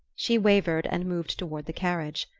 she wavered, and moved toward the carriage.